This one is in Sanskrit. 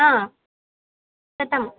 हा कृतम्